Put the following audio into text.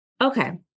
Okay